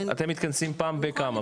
אתם מתכנסים פעם בכמה?